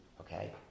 Okay